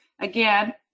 again